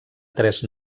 tres